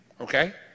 okay